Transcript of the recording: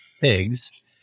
pigs